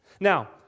Now